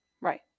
Right